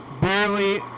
barely